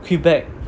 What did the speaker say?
feedback